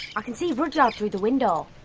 i can see rudyard through the window.